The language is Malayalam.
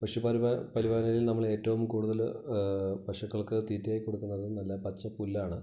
പശു പരിപാലനയിൽ നമ്മളേറ്റവും കൂടുതൽ പശുക്കൾക്ക് തീറ്റയായി കൊടുക്കുന്നത് നല്ല പച്ചപ്പുല്ലാണ്